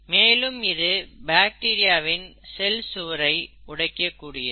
மேலும் இது பாக்டீரியாவின் செல் சுவரை உடைக்க கூடியது